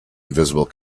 invisible